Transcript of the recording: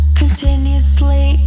continuously